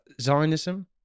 Zionism